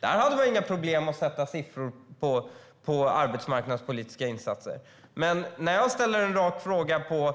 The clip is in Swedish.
Där hade man inga problem med att sätta siffror på arbetsmarknadspolitiska insatser. Men när jag ställer en rak fråga om